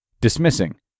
Dismissing